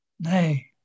Nay